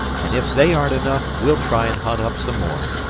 and if they aren't enough, we'll try and hunt up some more.